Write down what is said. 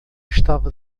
estava